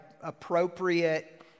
appropriate